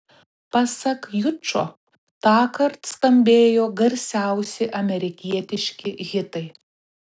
pasak jučo tąkart skambėjo garsiausi amerikietiški hitai